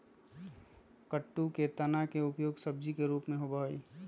कुट्टू के तना के उपयोग सब्जी के रूप में होबा हई